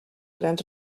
grans